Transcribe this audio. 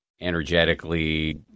energetically